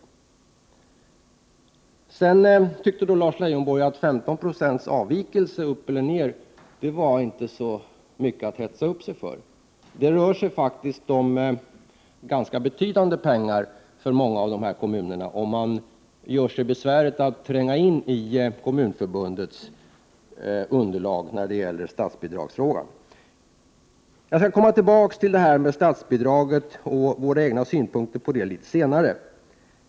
Lars Leijonborg tycker att en 15-procentig avvikelse upp eller ner inte är så mycket att hetsa upp sig för. Om man gör sig besväret att tränga in i Kommunförbundets underlag när det gäller statsbidragsfrågan, finner man att det faktiskt rör sig om ganska betydande belopp för många av dessa kommuner. Jag skall komma tillbaka till statsbidraget och våra egna synpunkter på det litet senare.